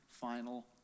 final